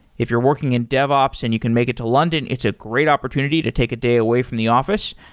if you're working in dev ops and you can make it to london, it's a great opportunity to take a day away from the office.